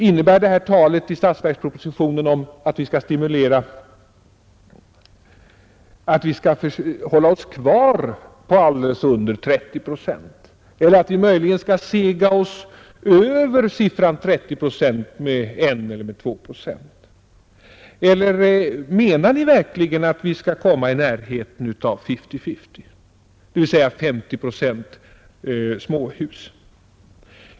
Innebär uttalandet i statsverkspropositionen om att vi skall stimulera småhusbyggandet, att vi skall hålla oss kvar alldeles under 30 procent eller att vi möjligen skall sega oss över 30 procent med 1 eller 2 procent? Eller menar ni verkligen att vi skall komma i närheten av fifty-fifty, d.v.s. 50 procent småhus?